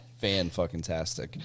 fan-fucking-tastic